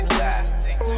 lasting